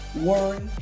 worry